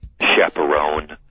chaperone